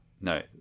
no